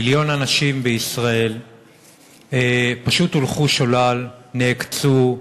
מיליון אנשים בישראל פשוט הולכו שולל, נעקצו,